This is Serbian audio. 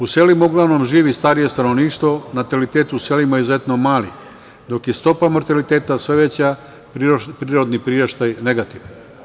U selima uglavnom živi starije stanovništvo, natalitet u selima izuzetno mali, dok je stopa mortaliteta sve veća, prirodni priraštaj negativan.